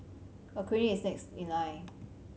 a clinic is next in line